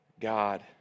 God